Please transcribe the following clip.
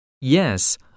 Yes